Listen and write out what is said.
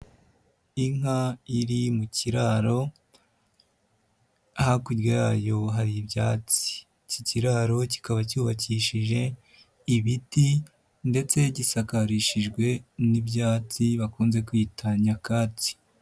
Inka iri mu kiraro, hakurya yayo hari ibyatsi. Iki kiraro kikaba cyubakishije, ibiti ndetse gisakarishijwe n'ibyatsi bakunze kwita nyakatsi.